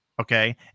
okay